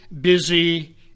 busy